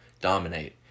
dominate